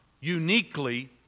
uniquely